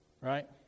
Right